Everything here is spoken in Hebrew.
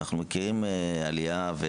אנחנו מכירים עלייה.